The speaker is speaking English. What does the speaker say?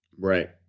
right